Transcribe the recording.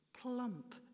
plump